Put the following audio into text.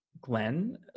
Glenn